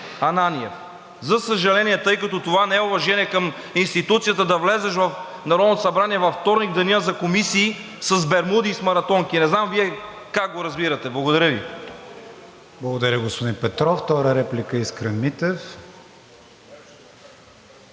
Ананиев. За съжаление, тъй като това не е уважение към институцията да влезеш в Народното събрание във вторник, в деня за комисии, с бермуди и с маратонки. Не знам Вие как го разбирате? Благодаря Ви. ПРЕДСЕДАТЕЛ КРИСТИАН ВИГЕНИН: Благодаря, господин Петров. Втора реплика Искрен Митев.